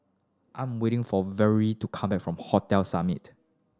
I'm waiting for Valorie to come back from Hotel Summit